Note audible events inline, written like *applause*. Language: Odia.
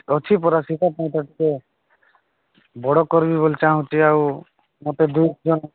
ଅଛି ପରା ସେଇଟା ମୁଁ ତ ଟିକେ ବଡ଼ କରିବି ବୋଲି ଚାହୁଁଛି ଆଉ ମତେ *unintelligible*